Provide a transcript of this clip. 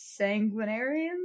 sanguinarians